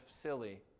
silly